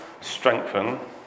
strengthen